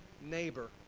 neighbor